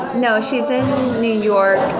no, she's in new york,